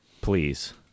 Please